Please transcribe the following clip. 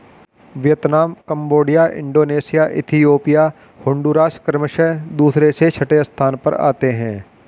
Vietnam Cambodia Indonesia Ethiopia Honduras क्रमशः दूसरे से छठे स्थान पर आते हैं